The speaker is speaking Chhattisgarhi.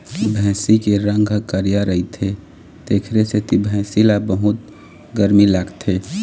भइसी के रंग ह करिया रहिथे तेखरे सेती भइसी ल बहुत गरमी लागथे